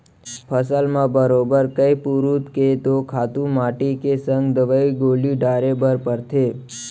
फसल म बरोबर कइ पुरूत के तो खातू माटी के संग दवई गोली डारे बर परथे